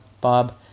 Bob